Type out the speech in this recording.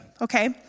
Okay